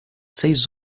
seis